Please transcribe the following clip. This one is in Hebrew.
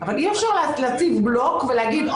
אבל אי אפשר להציב בלוק ולהגיד,